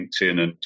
LinkedIn